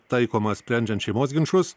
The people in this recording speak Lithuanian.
taikoma sprendžiant šeimos ginčus